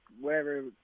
wherever